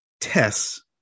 Tess